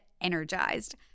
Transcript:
energized